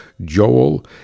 joel